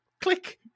click